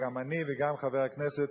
גם אני וגם חבר הכנסת